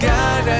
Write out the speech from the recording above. God